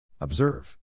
Observe